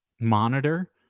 monitor